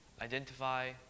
identify